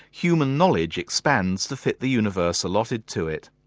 human knowledge expands to fit the universe allotted to it.